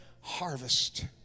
harvest